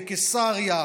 לקיסריה,